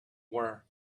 were